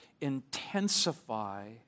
Intensify